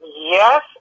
Yes